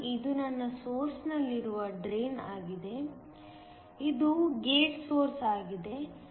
ಹಾಗಾಗಿ ಇದು ನನ್ನ ಸೊರ್ಸ್ ನಲ್ಲಿರುವ ಡ್ರೈನ್ ಆಗಿದೆ ಇದು ಗೇಟ್ ಸೊರ್ಸ್ ಆಗಿದೆ